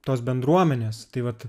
tos bendruomenės tai vat